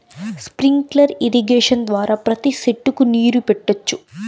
sprinkler irrigation ద్వారా ప్రతి సెట్టుకు నీరు పెట్టొచ్చు